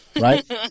right